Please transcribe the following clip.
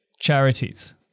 charities